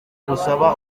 gusaba